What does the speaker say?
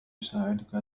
يساعدك